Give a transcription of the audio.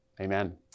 Amen